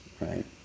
right